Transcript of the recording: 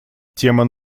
тема